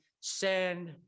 send